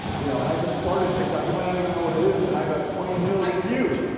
you know, and i just started tiktok, you might not even know what it is, and i got twenty million views.